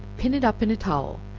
pin it up in a towel,